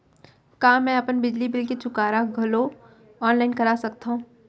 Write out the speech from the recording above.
का मैं अपन बिजली बिल के चुकारा घलो ऑनलाइन करा सकथव?